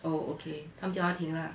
oh okay 他们家庭 lah